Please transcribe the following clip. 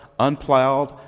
unplowed